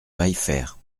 maillefert